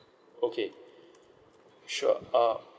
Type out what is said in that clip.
okay sure uh